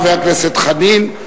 חבר הכנסת חנין,